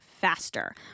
faster